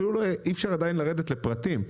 אי-אפשר עדיין לרדת לפרטים.